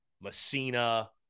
Messina